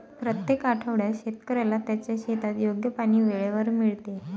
प्रत्येक आठवड्यात शेतकऱ्याला त्याच्या शेतात योग्य पाणी वेळेवर मिळते